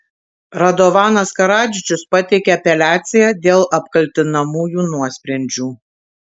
radovanas karadžičius pateikė apeliaciją dėl apkaltinamųjų nuosprendžių